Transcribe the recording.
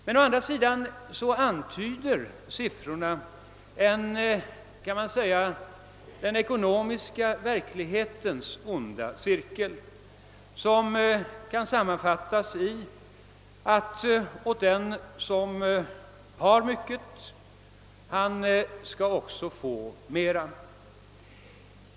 Men å andra sidan antyder siffrorna en den ekonomiska verklighetens onda cirkel som kan sammanfattas i att den som har mycket skall varda mer givet.